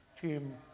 team